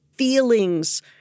Feelings